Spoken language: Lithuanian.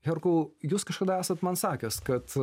herkau jūs kažkada esat man sakęs kad